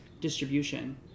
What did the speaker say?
distribution